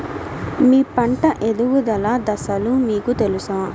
మీ పంట ఎదుగుదల దశలు మీకు తెలుసా?